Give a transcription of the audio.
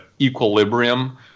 equilibrium